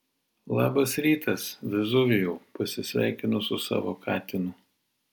labas rytas vezuvijau pasisveikinu su savo katinu